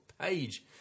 page